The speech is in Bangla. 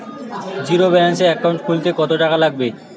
জিরোব্যেলেন্সের একাউন্ট খুলতে কত টাকা লাগবে?